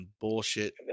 bullshit